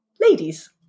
ladies